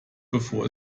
bevor